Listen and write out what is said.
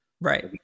Right